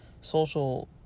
social